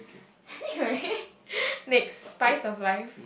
next spice of life